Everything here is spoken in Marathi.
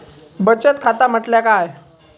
बचत खाता म्हटल्या काय?